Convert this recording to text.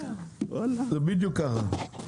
זה בדיוק כך.